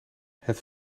het